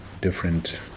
different